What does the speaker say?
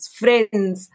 friends